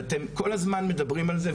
ואתם כל הזמן מדברים על זה,